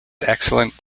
excellent